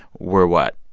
we're what?